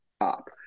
up